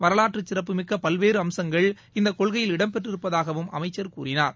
வரலாற்று சிறப்புமிக்க பல்வேறு அம்சங்கள் இந்த கொள்கையில் இடம்பெற்றிருப்பதூகவும் அமைச்சர் கூறினார்